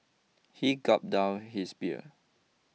he gulped down his beer